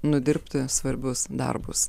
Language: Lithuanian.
nudirbti svarbius darbus